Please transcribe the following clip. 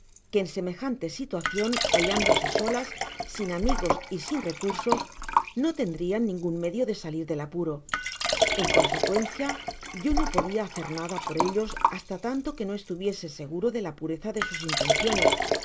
que en semejante situacion hallándose solas sin amigos y sin recursos no tendrian ningun medio de salir del apuro en consecuencia yo no podia hacer nada por ellos hasta tanto que no estuviese seguro de la pureza de sus intenciones